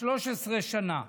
13 שנה.